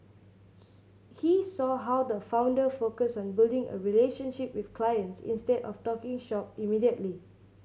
he he saw how the founder focused on building a relationship with clients instead of talking shop immediately